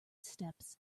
steps